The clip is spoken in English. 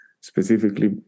specifically